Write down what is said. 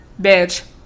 bitch